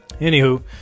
Anywho